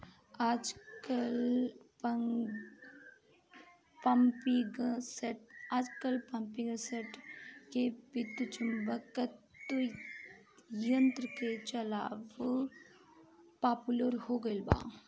आजकल पम्पींगसेट के विद्युत्चुम्बकत्व यंत्र से चलावल पॉपुलर हो गईल बा